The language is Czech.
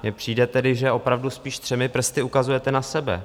Mně přijde tedy, že opravdu spíš třemi prsty ukazujete na sebe.